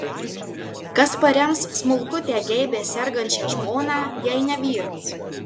kas parems smulkutę geibią sergančią žmoną jei ne vyras